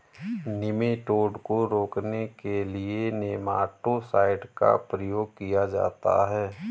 nematode को रोकने के लिए नेमाटो साइड का प्रयोग किया जाता है